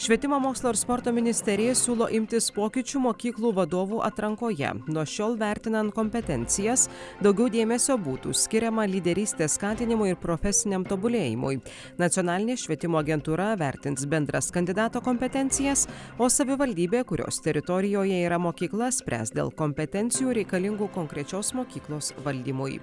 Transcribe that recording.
švietimo mokslo ir sporto ministerija siūlo imtis pokyčių mokyklų vadovų atrankoje nuo šiol vertinant kompetencijas daugiau dėmesio būtų skiriama lyderystės skatinimui ir profesiniam tobulėjimui nacionalinės švietimo agentūra vertins bendras kandidato kompetencijas o savivaldybė kurios teritorijoje yra mokykla spręs dėl kompetencijų reikalingų konkrečios mokyklos valdymui